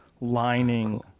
lining